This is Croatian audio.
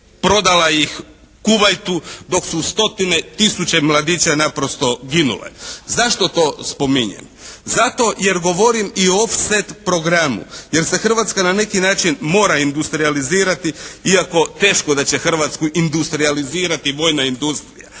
prodala ih Kuvajtu, dok su stotine, tisuće mladiće naprosto ginule. Zašto to spominjem? Zato jer govorim i o offset programu, jer se Hrvatska na neki način mora industrijalizirati. Iako teško da će Hrvatsku industrijalizirati vojna industrija.